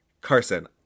Carson